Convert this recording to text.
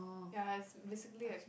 ya is basically like